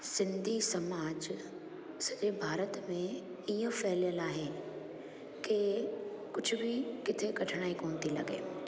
सिंधी समाज सॼे भारत में इअ फहिलियल आहे की कुझु बि किथे कठिनाई कोन थी लॻे